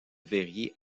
verrier